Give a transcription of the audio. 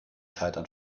scheitern